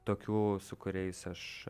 tokių su kuriais aš